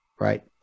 right